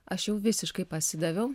aš jau visiškai pasidaviau